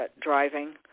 driving